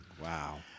Wow